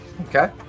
Okay